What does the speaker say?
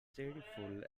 cheerful